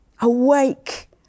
Awake